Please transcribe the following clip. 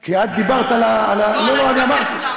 כי את דיברת, לא, אני דיברתי על כולם.